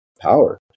power